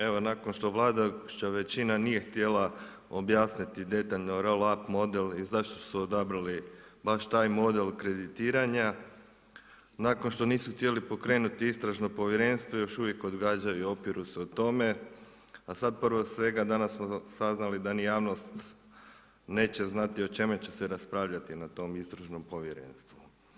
Evo, nakon što Vlada, što većina nije htjela objasniti detaljno roll up model i zašto su odabrali baš taj model kreditiranja, nakon što nisu htjeli pokrenuti istražno povjerenstvo, još uvijek odgađaju i opiru se tome, a sad prvo svega danas smo saznali, da ni javnost neće znati o čemu će se raspravljati na tom istražnom povjerenstvu.